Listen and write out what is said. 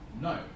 No